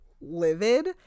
livid